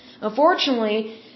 Unfortunately